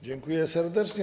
Dziękuję serdecznie.